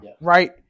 right